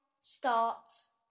starts